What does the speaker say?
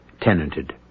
tenanted